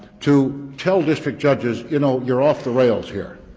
to tell district judges you know you're off the rails here.